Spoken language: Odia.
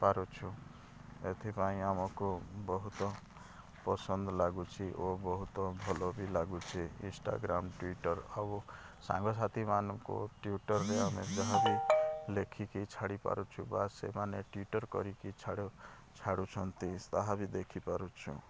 ପାରୁଛୁ ଏଥିପାଇଁ ଆମକୁ ବହୁତ ପସନ୍ଦ ଲାଗୁଛି ଓ ବହୁତ ଭଲ ବି ଲାଗୁଛି ଇନ୍ଷ୍ଟାଗ୍ରାମ୍ ଟ୍ୱିଟର୍ ସବୁ ସାଙ୍ଗ ସାଥୀ ମାନଙ୍କୁ ଟ୍ୱିଟର୍ରେ ଆମେ ଯାହା ବି ଲେଖିକି ଛାଡ଼ି ପାରୁଛୁ ବା ସେମାନେ ଟ୍ୱିଟର୍ କରିକି ଛାଡ଼ୁଛନ୍ତି ତାହା ବି ଦେଖିପାରୁଛୁ